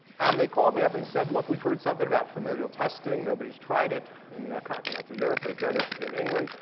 and they called me up and said, look, we've heard something about familial testing. nobody's tried it in continental europe. they've done it in england.